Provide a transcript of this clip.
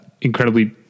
incredibly